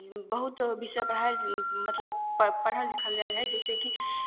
बहुत विषय पढ़ाएल मतलब पऽ पढ़ल लिखल जाइ रहै जइसेकि